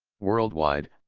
worldwide,